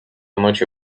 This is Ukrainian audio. ночі